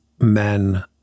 men